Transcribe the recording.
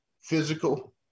Physical